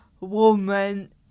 woman